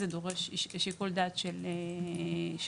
זה דורש שיקול דעת של רופא,